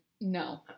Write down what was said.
No